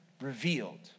revealed